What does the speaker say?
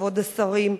כבוד השרים,